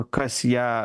kas ją